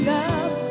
love